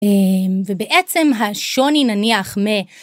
ובעצם השוני נניח מ...